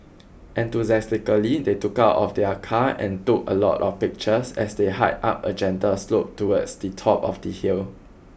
enthusiastically they took out of their car and took a lot of pictures as they hiked up a gentle slope towards the top of the hill